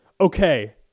okay